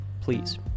please